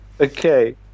Okay